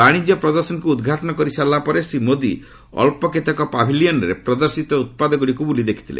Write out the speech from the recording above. ବାଶିଜ୍ୟ ଶୋ କୁ ଉଦ୍ଘାଟନ କରିସାରିଲା ପରେ ଶ୍ରୀ ମୋଦି ଅଞ୍ଚ କେତେକ ପାଭ୍ଲିୟନ୍ରେ ପ୍ରଦର୍ଶୀତ ଉତ୍ପାଦଗୁଡ଼ିକୁ ବୁଲି ଦେଖିଥିଲେ